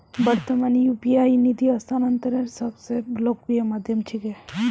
वर्त्तमानत यू.पी.आई निधि स्थानांतनेर सब स लोकप्रिय माध्यम छिके